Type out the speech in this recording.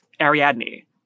Ariadne